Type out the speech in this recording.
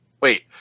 wait